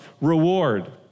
reward